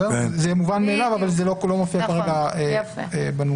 זה מובן מאליו, אבל זה לא מופיע כרגע בנוסח.